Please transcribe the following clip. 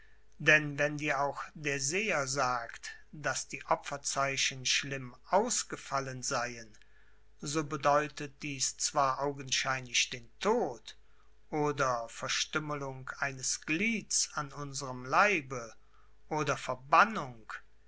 denn wenn dir auch der seher sagt daß die opferzeichen schlimm ausgefallen seien so bedeutet dieß zwar augenscheinlich den tod oder verstümmelung eines glieds an unserem leibe oder verbannung